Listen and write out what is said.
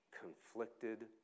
conflicted